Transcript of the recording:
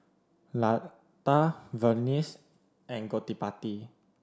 Lata Verghese and Gottipati